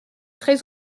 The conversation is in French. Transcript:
très